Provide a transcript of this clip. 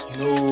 no